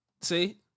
see